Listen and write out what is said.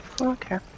Okay